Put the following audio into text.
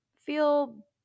feel